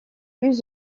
plus